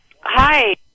Hi